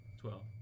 Twelve